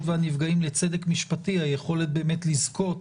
הנפגעות והנפגעים לצדק משפטי, היכולת לזכות